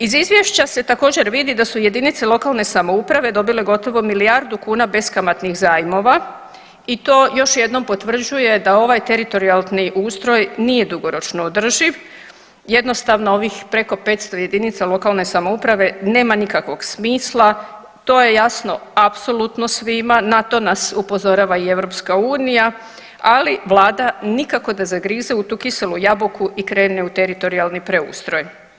Iz izvješća se također vidi da su jedinice lokalne samouprave dobile gotovo milijardu kuna beskamatnih zajmova i to još jednom potvrđuje da ovaj teritorijalni ustroj nije dugoročno održiv, jednostavno ovih preko 500 jedinica lokalne samouprave nema nikakvog smisla, to je jasno apsolutno svima, na to nas upozorava i EU ali Vlada nikako da zagrize u tu kiselu jabuku i krene u teritorijalni preustroj.